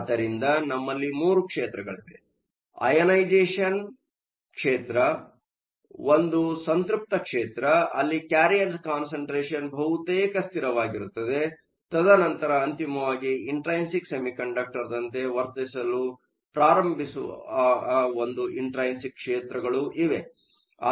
ಆದ್ದರಿಂದ ನಮ್ಮಲ್ಲಿ ಮೂರು ಕ್ಷೇತ್ರಗಳಿವೆ ಅಐನೈಸೆ಼ಷನ್ ಕ್ಷೇತ್ರ ಒಂದು ಸಂತ್ರಪ್ತ ಕ್ಷೇತ್ರ ಅಲ್ಲಿ ಕ್ಯಾರಿಯರ್ ಕಾನ್ಸಂಟ್ರೇಷನ್ ಬಹುತೇಕ ಸ್ಥಿರವಾಗಿರುತ್ತದೆ ತದನಂತರ ಅಂತಿಮವಾಗಿ ಇಂಟ್ರೈನ್ಸಿಕ್ ಸೆಮಿಕಂಡಕ್ಟರ್ ದಂತೆ ವರ್ತಿಸಲು ಪ್ರಾರಂಭವಾಗುವ ಒಂದು ಇಂಟ್ರೈನ್ಸಿಕ್ ಕ್ಷೇತ್ರಗಳು ಇವೆ